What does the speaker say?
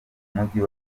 mujyi